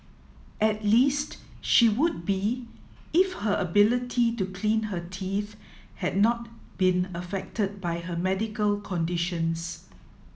at least she would be if her ability to clean her teeth had not been affected by her medical conditions